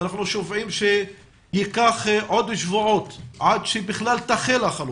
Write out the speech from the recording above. ואנחנו שומעים שעוד ייקח שבועות עד שבכלל תחל החלוקה.